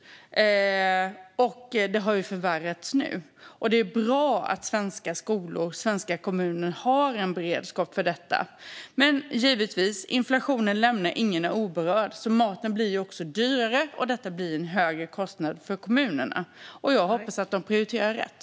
Det har nu förvärrats. Det är bra att svenska skolor och svenska kommuner har en beredskap för detta. Givetvis lämnar inflationen ingen oberörd. Maten blir också dyrare. Det blir en högre kostnad för kommunerna. Jag hoppas att de prioriterar rätt.